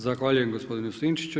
Zahvaljujem gospodinu Sinčiću.